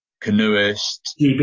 canoeist